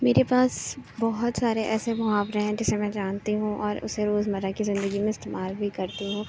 میرے پاس بہت سارے ایسے محاورے ہیں جسے میں جانتی ہوں اور اسے روزمرہ کی زندگی میں استعمال بھی کرتی ہوں